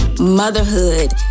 motherhood